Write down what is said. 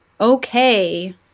okay